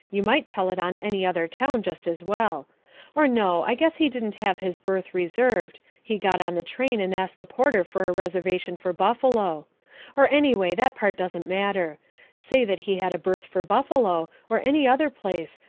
you might tell it on any other town just as well or no, i guess he didn't have his berth reserved, he got on the train and asked the porter for a reservation for buffalo or, anyway, that part doesn't matter say that he had a berth for buffalo or any other place,